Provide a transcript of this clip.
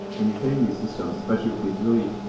when you're training these systems, especially with these really,